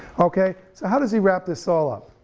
okay, so how does he wrap this all up,